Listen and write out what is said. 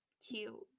cute